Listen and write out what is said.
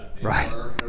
Right